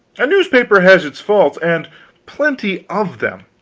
a newspaper has its faults, and plenty of them,